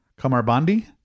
Kamarbandi